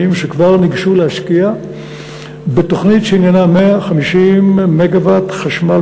שכבר ניגשו להשקיע בתוכנית שעניינה 150 מגה-ואט חשמל,